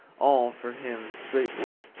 all, for him, straightway.